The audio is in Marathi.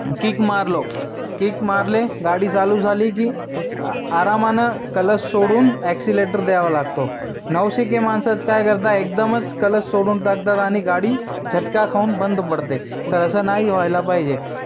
किक मारलो कीक मारले गाडी चालू झाली की आ आरामानं कलस सोडून ॲक्सिलेटर द्यावं लागतो नवशिके माणसाचं काय करता एकदमच कलस सोडून टाकतात आणि गाडी झटका खाऊन बंद पडते तर असं नाही व्हायला पाहिजे